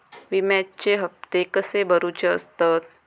विम्याचे हप्ते कसे भरुचे असतत?